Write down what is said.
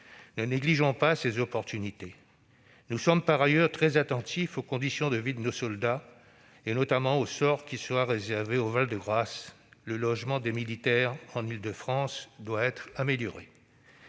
Ne négligeons pas ces opportunités. Nous sommes par ailleurs très attentifs aux conditions de vie de nos soldats, notamment au sort qui sera réservé au Val-de-Grâce. Le logement des militaires en Île-de-France doit être amélioré.